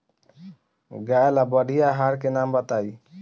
गाय ला बढ़िया आहार के नाम बताई?